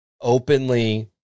openly